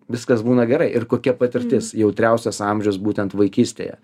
viskas būna gerai ir kokia patirtis jautriausias amžius būtent vaikystėje